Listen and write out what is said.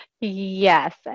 Yes